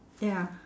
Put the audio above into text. ya